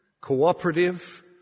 cooperative